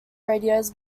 radios